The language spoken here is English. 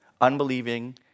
unbelieving